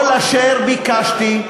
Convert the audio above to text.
כל אשר ביקשתי,